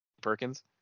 Perkins